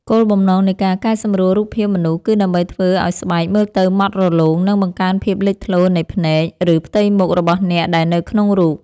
គោលបំណងនៃការកែសម្រួលរូបភាពមនុស្ស គឺដើម្បីធ្វើឱ្យស្បែកមើលទៅម៉ត់រលោង និងបង្កើនភាពលេចធ្លោនៃភ្នែក ឬផ្ទៃមុខរបស់អ្នកដែលនៅក្នុងរូប។